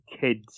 kids